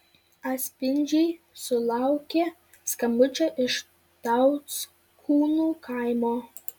atspindžiai sulaukė skambučio iš tauckūnų kaimo